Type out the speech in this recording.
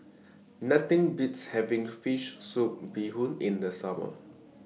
Nothing Beats having Fish Soup Bee Hoon in The Summer